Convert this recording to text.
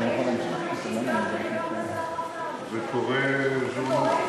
אדוני, זה קורא, זה קורא עיתון,